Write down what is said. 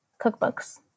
cookbooks